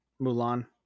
Mulan